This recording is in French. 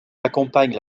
accompagne